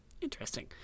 Interesting